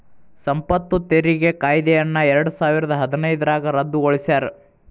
ಸಂಪತ್ತು ತೆರಿಗೆ ಕಾಯ್ದೆಯನ್ನ ಎರಡಸಾವಿರದ ಹದಿನೈದ್ರಾಗ ರದ್ದುಗೊಳಿಸ್ಯಾರ